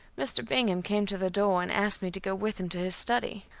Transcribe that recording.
mr. bingham came to the door and asked me to go with him to his study.